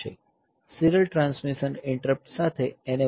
serial transmission interrupt સાથે enable છે